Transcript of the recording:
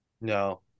No